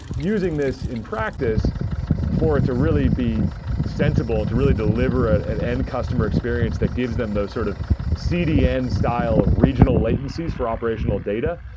using this in practice for it to really be sensible and to really deliver at any and customer experience that gives them those sort of cdn style ah regional latencies for operational data.